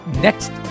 next